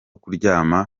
kuryama